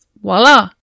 voila